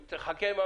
אנחנו מכשירים את